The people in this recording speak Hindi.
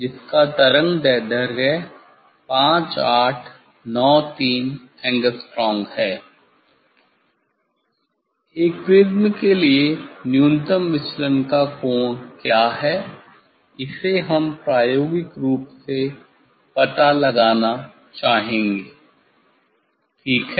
जिसका तरंगदैर्ध्य 5893Å एक प्रिज्म के लिए न्यूनतम विचलन का कोण क्या है जिसे हम प्रायोगिक रूप से पता लगाना चाहेंगे ठीक है